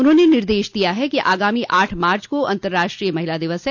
उन्होंने निर्देश दिया कि आगामी आठ मार्च को अतंर्राष्ट्रीय महिला दिवस है